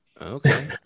Okay